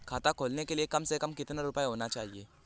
खाता खोलने के लिए कम से कम कितना रूपए होने चाहिए?